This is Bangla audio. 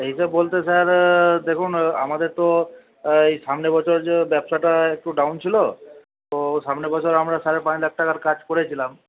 হিসাব বলতে স্যার দেখুন আমাদের তো এই সামনে বছর যে ব্যবসাটা একটু ডাউন ছিল তো সামনে বছর আমরা সাড়ে পাঁচ লাখ টাকার কাজ করেছিলাম